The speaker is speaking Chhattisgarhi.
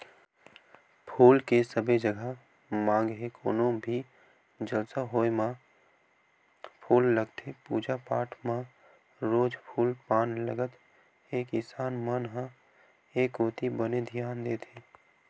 फूल के सबे जघा मांग हे कोनो भी जलसा होय म फूल लगथे पूजा पाठ म रोज फूल पान लगत हे किसान मन ह ए कोती बने धियान देत हे